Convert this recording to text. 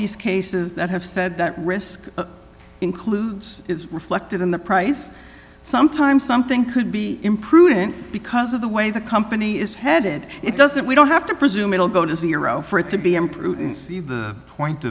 these cases that have said that risk includes is reflected in the price sometimes something could be imprudent because of the way the company is headed it doesn't we don't have to presume it'll go to zero for it to be imprudent of the point